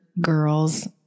girls